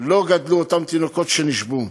לא גדלו, אותם תינוקות שנשבו.